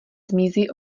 zmizí